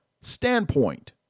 standpoint